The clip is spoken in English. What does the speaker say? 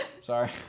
Sorry